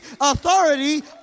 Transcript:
Authority